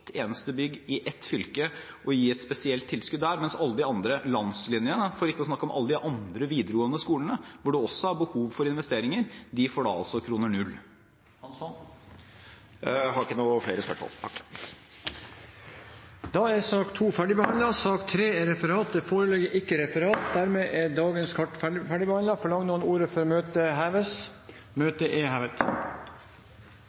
eneste bygg i ett fylke og gi et spesielt tilskudd der, mens alle de andre landslinjene – for ikke å snakke om alle de andre videregående skolene, hvor det også er behov for investeringer – får null kroner. Jeg har ikke flere spørsmål. Sak nr. 2 er dermed ferdigbehandlet. Det foreligger ikke noe referat. Dermed er dagens kart ferdigbehandlet. Forlanger noen ordet før møtet heves?